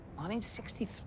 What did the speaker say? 1963